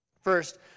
First